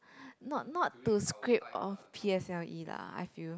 not not to scrape off p_s_l_e lah I feel